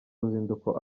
ruzinduko